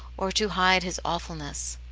or to hide his awful ness.